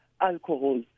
alcohol